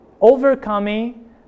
Overcoming